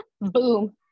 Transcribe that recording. boom